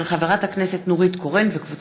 מאת חברי הכנסת בצלאל סמוטריץ, יואב קיש,